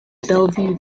bellevue